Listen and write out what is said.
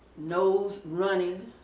nose runny,